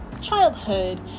childhood